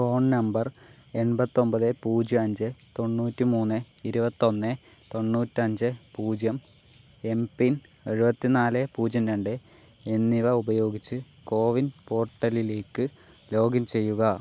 phone number എൺപത്തിയൊൻപത് പൂജ്യം അഞ്ച് തൊണ്ണൂറ്റിമൂന്ന് ഇരുപത്തിയൊന്ന് തൊണ്ണൂറ്റിയഞ്ച് പൂജ്യം എം പിൻ എഴുപത്തിനാല് പൂജ്യം രണ്ട് എന്നിവ ഉപയോഗിച്ച് കോവിൻ പോർട്ടലിലേക്ക് ലോഗിൻ ചെയ്യുക